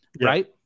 right